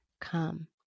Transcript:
come